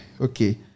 Okay